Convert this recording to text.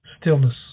stillness